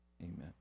amen